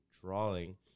drawing